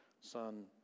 son